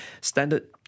Standard